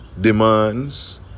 demands